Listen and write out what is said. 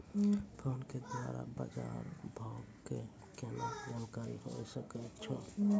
Phone के द्वारा बाज़ार भाव के केना जानकारी होय सकै छौ?